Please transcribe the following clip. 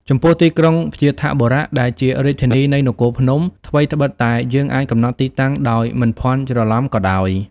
ចំពោះទីក្រុង វ្យាធបុរៈ ដែលជារាជធានីនៃ នគរភ្នំ ថ្វីត្បិតតែយើងអាច កំណត់ទីតាំងដោយមិនភ័ន្តច្រឡំក៏ដោយ។